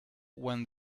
when